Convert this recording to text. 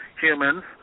humans